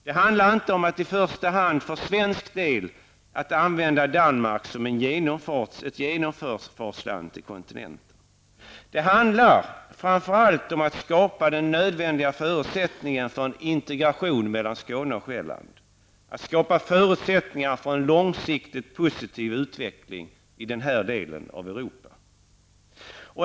Det handlar inte om att i första hand -- för svensk del -- använda Danmark som ett genomfartsland till kontinenten. Det handlar framför allt om att skapa den nödvändiga förutsättningen för en integration mellan Skåne och Själland, att skapa förutsättningar för en långsiktigt positiv utveckling i den här delen av Europa.